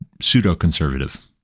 pseudo-conservative